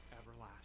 everlasting